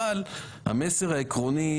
אבל המסר עקרוני,